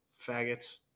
Faggots